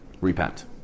Repent